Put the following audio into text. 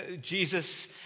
Jesus